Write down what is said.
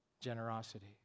generosity